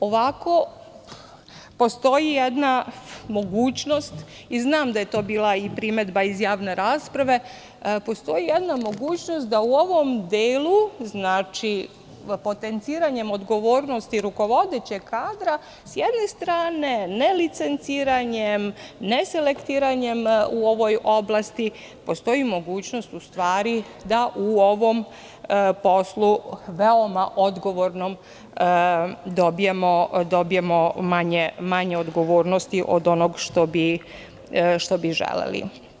Ovako postoji jedna mogućnost i znam da je to bila primedba iz javne rasprave, postoji mogućnost da u ovom delu, potenciranjem odgovornosti rukovodećeg kadra, sa jedne strane nelicenciranjem, neselektiranjem u ovoj oblasti, postoji mogućnost da u ovom poslu, veoma odgovornom, dobijemo manje odgovornosti od onoga što bi želeli.